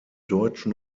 deutschen